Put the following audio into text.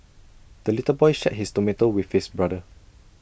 the little boy shared his tomato with his brother